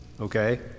okay